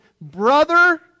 brother